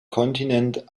kontinent